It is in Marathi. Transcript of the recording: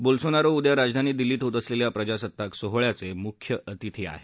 बोल्सोनारो उद्या राजधानी दिल्लीत होत असलेल्या प्रजासत्ताक सोहळ्याचे मुख्य अतिथी आहेत